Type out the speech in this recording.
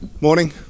morning